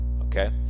okay